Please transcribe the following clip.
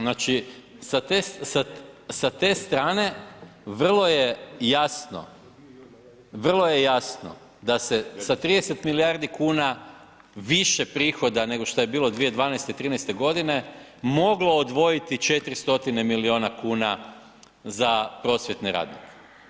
Znači sa te strane vrlo je jasno, vrlo je jasno da se sa 30 milijardi kuna više prihoda nego što je bilo 2012., 2013. godine moglo odvojiti 4 stotine milijuna kuna za prosvjetne radnike.